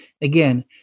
Again